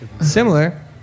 Similar